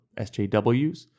SJWs